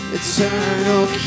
Eternal